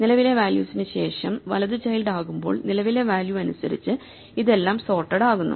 നിലവിലെ വാല്യൂവിന് ശേഷം വലതു ചൈൽഡ് ആകുമ്പോൾ നിലവിലെ വാല്യൂ അനുസരിച്ച് ഇതെല്ലാം സൊർട്ടേഡ് ആകുന്നു